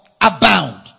abound